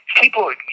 People